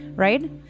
right